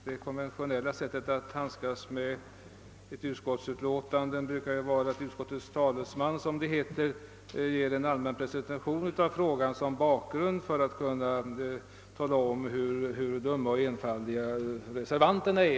Det konventionella sättet att handskas med ett utskottsutlåtande brukar ju vara att utskottets talesman, som det heter, ger en allmän presentation av frågan som bakgrund för att sedan tala om hur dumma och enfaldiga reservanterna är.